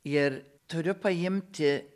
ir turiu paimti